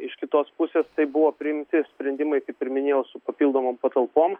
iš kitos pusės tai buvo priimti sprendimai kaip ir minėjau su papildomom patalpom